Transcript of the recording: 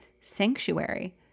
sanctuary